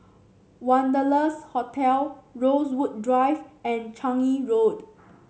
Wanderlust Hotel Rosewood Drive and Changi Road